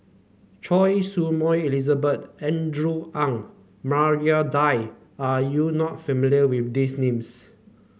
Choy Su Moi Elizabeth Andrew Ang Maria Dyer are you not familiar with these names